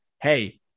Hey